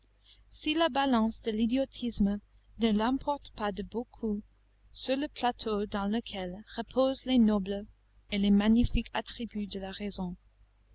si la balance de l'idiotisme ne l'emporte pas de beaucoup sur le plateau dans lequel reposent les nobles et magnifiques attributs de la raison